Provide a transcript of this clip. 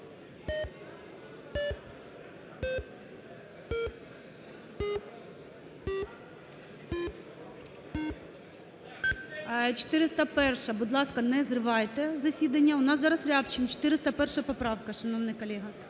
401-а. Будь ласка, не зривайте засідання. У нас зараз Рябчин, 401 поправка, шановний колего.